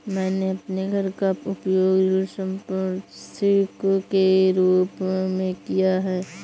मैंने अपने घर का उपयोग ऋण संपार्श्विक के रूप में किया है